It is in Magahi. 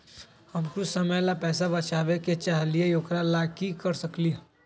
हम कुछ समय ला पैसा बचाबे के चाहईले ओकरा ला की कर सकली ह?